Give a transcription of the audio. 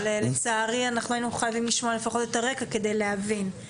לצערי היינו חייבים לשמוע לפחות את הרקע כדי להבין.